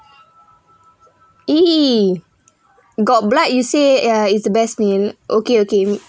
!ee! got blood you say ya it's the best meal okay okay